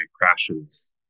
crashes